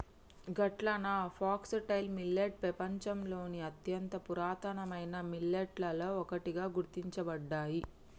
గట్లన foxtail millet పెపంచంలోని అత్యంత పురాతనమైన మిల్లెట్లలో ఒకటిగా గుర్తించబడ్డాయి